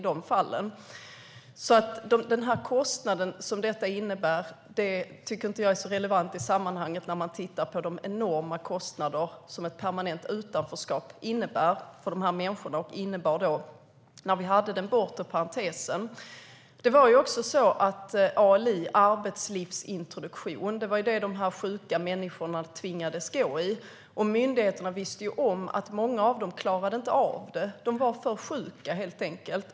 Den kostnad som detta innebär tycker jag därför inte är så relevant i sammanhanget när man tittar på de enorma kostnader som ett permanent utanförskap innebar för dessa människor när vi hade den bortre parentesen. Dessa sjuka människor tvingades in i ALI, arbetslivsintroduktion. Myndigheterna visste att många av dessa människor inte klarade av detta. De var helt enkelt för sjuka.